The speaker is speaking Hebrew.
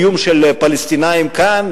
בקיום פלסטינים כאן,